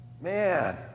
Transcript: Man